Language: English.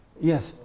Yes